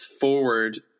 forward